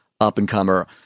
up-and-comer